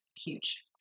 huge